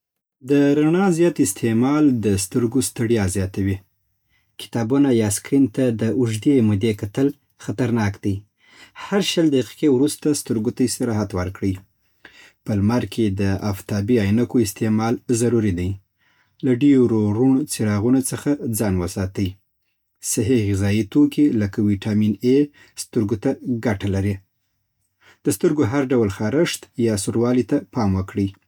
د رڼا زیات استعمال د سترګو ستړیا زیاتوي. کتابتون یا سکرین ته د اوږدې مودې کتل خطرناک دي. هر شل دقیقې وروسته سترګو ته استراحت ورکړئ. په لمر کې د افتابي عینکو استعمال ضروري دی. له ډېرو روڼ څراغونو څخه ځان وساتئ. صحیح غذایي توکي، لکه ويټامین اي، سترګو ته ګټه لري. د سترګو هر ډول خارښت یا سوروالی ته پام وکړئ.